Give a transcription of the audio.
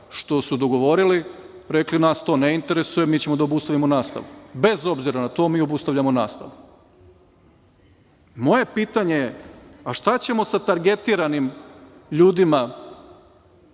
što su dogovorili, rekli – nas to ne interesuje, mi ćemo da obustavimo nastavu, bez obzira na to mi obustavljamo nastavu. Moje pitanje je - a šta ćemo sa targetiranim ljudima